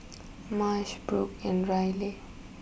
Marsh Brock and Riley